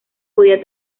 podía